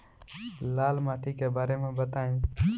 लाल माटी के बारे में बताई